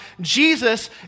Jesus